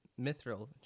mithril